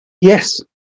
Yes